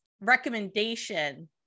recommendation